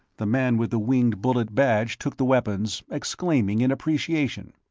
the man with the winged-bullet badge took the weapons, exclaiming in appreciation.